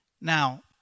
Now